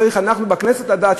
צריכים אנחנו בכנסת לדעת,